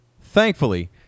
thankfully